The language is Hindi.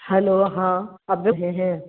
हैलो हाँ अब हैं